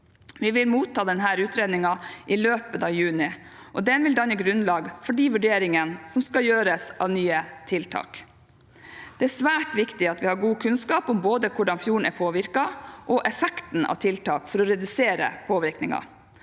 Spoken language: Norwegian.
Vi vil motta denne utredningen i løpet av juni, og den vil danne grunnlag for de vurderingene som skal foretas av nye tiltak. Det svært viktig at vi har god kunnskap både om hvordan fjorden er påvirket og effekten av tiltak for å redusere påvirkningen.